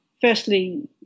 Firstly